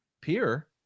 peer